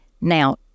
Now